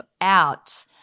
out